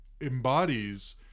embodies